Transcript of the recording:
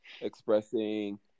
expressing